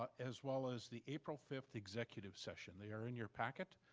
ah as well as the april fifth executive session. they are in your packet.